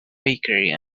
bakery